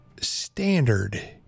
standard